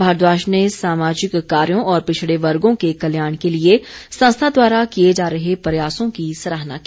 भारद्वाज ने सामाजिक कार्यों और पिछड़े वर्गों के कल्याण के लिए संस्था द्वारा किए जा रहे प्रयासों की सराहना की